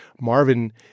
Marvin